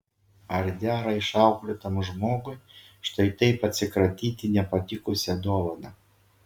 ar dera išauklėtam žmogui štai taip atsikratyti nepatikusia dovana